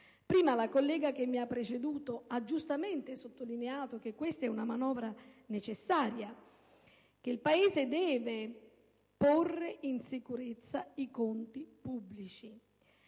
La collega che mi ha preceduto ha giustamente sottolineato che questa è una manovra necessaria e che il Paese deve porre in sicurezza i conti pubblici.